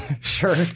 Sure